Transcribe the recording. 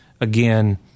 again